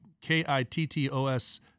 k-i-t-t-o-s